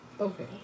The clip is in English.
Okay